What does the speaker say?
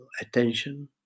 attention